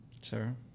sarah